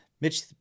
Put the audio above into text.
Mitch